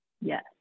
Yes